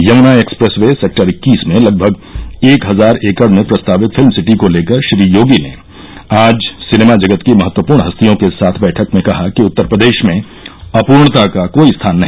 Yamuna express way sector इक्कीस में लगभग एक हजार एकड़ में प्रस्तावित फिल्म सिटी को लेकर श्री योगी ने आज सिनेमा जगत की महत्वपूर्ण हस्तियों के साथ बैठक में कहा कि उत्तर प्रदेश में अपूर्णता का कोई स्थान नहीं